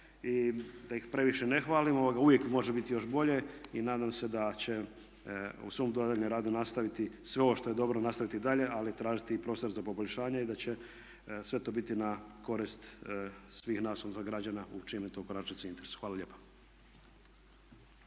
Da ih previše ne hvalimo uvijek može biti još bolje i nadam se da će u svom daljnjem radu nastaviti sve ovo što je dobro nastaviti i dalje ali i tražiti prostor za poboljšanje i da će sve to biti na korist svih nas građana u čijem je to u konačnici i interesu. Hvala lijepo.